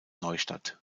neustadt